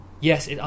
Yes